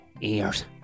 ears